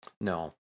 No